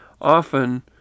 often